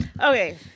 Okay